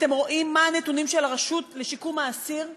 אתם רואים מה הנתונים של הרשות לשיקום האסיר מראים.